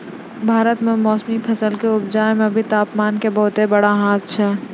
भारत मॅ मौसमी फसल कॅ उपजाय मॅ भी तामपान के बहुत बड़ो हाथ छै